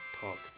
talk